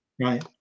Right